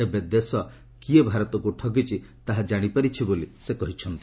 ଏବେ ଦେଶ କିଏ ଭାରତକ୍ତ ଠକିଛି ତାହା ଜାଣିପାରିଛି ବୋଲି ସେ କହିଛନ୍ତି